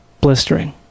Blistering